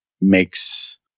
makes